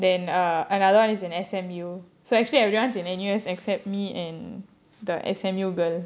then uh another one is in S_M_U so actually everyone's in N_U_S except me and the S_M_U girl